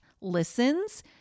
listens